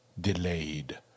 delayed